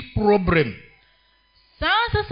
problem